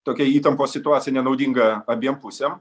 tokia įtampos situacija nenaudinga abiem pusėm